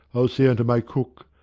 i'll say unto my cook,